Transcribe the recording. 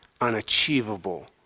unachievable